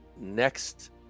Next